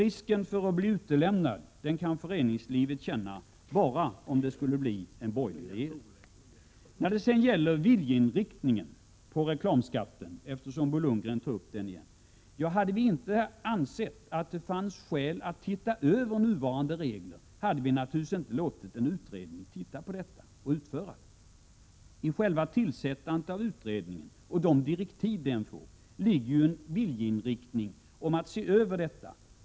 Risken för att bli utlämnad kan föreningslivet känna bara om det skulle bli en borgerlig regering. Bo Lundgren tar återigen upp frågan om vår viljeinriktning beträffande reklamskatten. Hade vi inte ansett att det fanns skäl att se över de nuvarande reglerna, hade vi naturligtvis inte låtit en utredning arbeta med detta. I själva tillsättandet av utredningen och i de direktiv som den har fått ligger en viljeriktning att se över frågan.